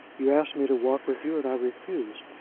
you asked me to walk with you, and i refused.